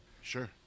Sure